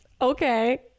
Okay